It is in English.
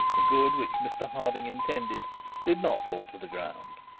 the good which mr harding intended did not fall to the ground.